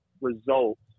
results